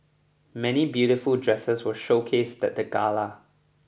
many beautiful dresses were showcased at the gala